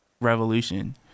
revolution